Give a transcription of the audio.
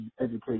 education